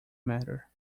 matter